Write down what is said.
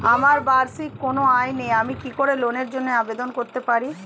আমার বার্ষিক কোন আয় নেই আমি কি লোনের জন্য আবেদন করতে পারি?